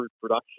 Production